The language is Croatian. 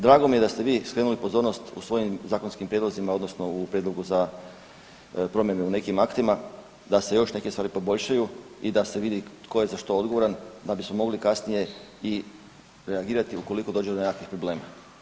Drago mi je da ste vi skrenuli pozornost u svojim zakonskim prijedlozima, odnosno u prijedlogu za promjenu u nekih aktima da se još neke stvari poboljšaju i da se vidi tko je za što odgovoran da bismo mogli kasnije i reagirati ukoliko dođe do nekakvih problema.